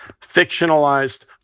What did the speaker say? fictionalized